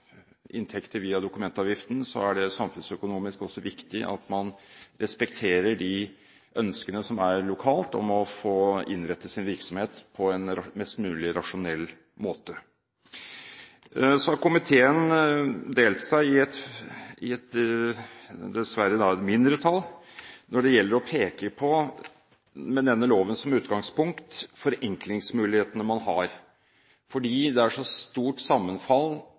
inntekter via dokumentavgiften, er det samfunnsøkonomisk også viktig at man respekterer de ønskene som er lokalt, om å få innrette sin virksomhet på en mest mulig rasjonell måte. Komiteen har dessverre delt seg – i et mindretall – når det gjelder å peke på, med denne loven som utgangspunkt, de forenklingsmulighetene man har. Det er et så stort sammenfall